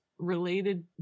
related